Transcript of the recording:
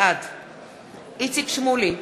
בעד איציק שמולי,